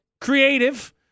creative